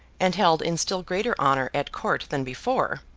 and held in still greater honour at court than before,